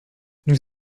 nous